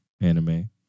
anime